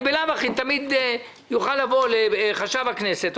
אני בלאו הכי תמיד אוכל לבוא לחשב הכנסת,